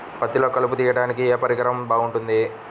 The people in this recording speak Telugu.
పత్తిలో కలుపు తీయడానికి ఏ పరికరం బాగుంటుంది?